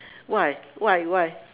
why why why